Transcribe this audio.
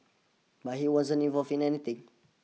but he wasn't involved in anything